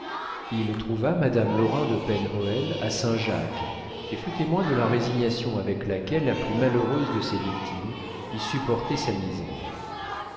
il trouva madame lorrain de pen hoël à saint-jacques et fut témoin de la résignation avec laquelle la plus malheureuse de ses victimes y supportait sa misère